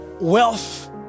wealth